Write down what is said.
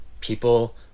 People